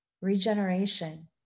regeneration